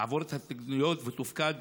תעבור את ההתנגדויות ותופקד,